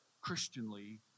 Christianly